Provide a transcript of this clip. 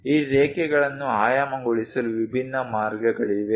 ಈ ರೇಖೆಗಳನ್ನು ಆಯಾಮಗೊಳಿಸಲು ವಿಭಿನ್ನ ಮಾರ್ಗಗಳಿವೆ